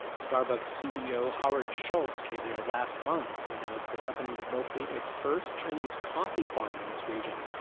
starbucks ceo howard schultz came here last month to announce the company would locate its first chinese coffee farm in this region.